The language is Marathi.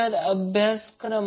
तर ते प्रत्यक्षात 2